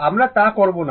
আমরা তা করব না